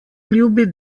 ljubi